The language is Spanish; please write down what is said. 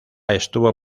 estuvo